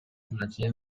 мадина